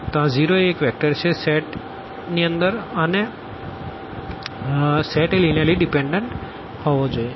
તો આ 0 એ એક વેક્ટર છે સેટ ઇન અંદર અને સેટ એ લીનીઅર્લી ડીપેનડન્ટ હોવો જોઈએ